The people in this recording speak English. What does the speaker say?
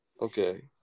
Okay